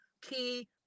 key